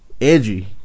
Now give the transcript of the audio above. edgy